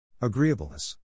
Agreeableness